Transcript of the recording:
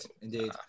indeed